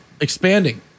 expanding